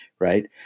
Right